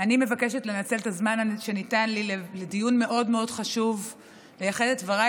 אני מבקשת לנצל את הזמן שניתן לי ולייחד את דבריי